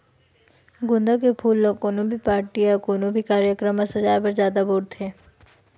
गोंदा के फूल ल कोनो भी पारटी या कोनो भी कार्यकरम म सजाय बर जादा बउरथे